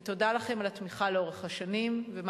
ותודה לכם על התמיכה לאורך השנים ועל